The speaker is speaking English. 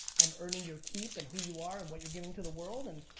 and earning your keep and who you are and what you're giving to the world. and